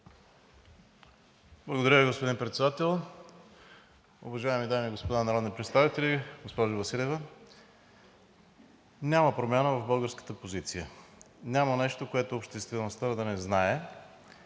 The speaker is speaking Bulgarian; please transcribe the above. Благодаря Ви, господин Председател. Уважаеми дами и господа народни представители! Госпожо Василева, няма промяна в българската позиция. Няма нещо, което обществеността да не знае,